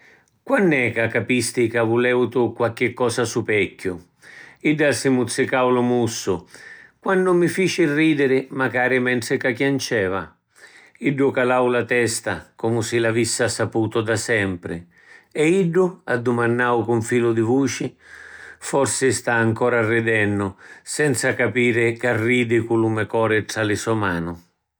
“Quann’è ca capisti ca vulevutu quacchi cosa supecchiu?” Idda si muzzicau lu mussu. “Quannu mi fici ridiri macari mentri ca chianceva”. Iddu calau la testa, comu si l’avissi saputu da sempri. “E iddu?” addumannau cu ‘n filu di vuci. “Forsi sta ancora ridennu… senza capiri ca ridi cu lu mè cori tra li so manu.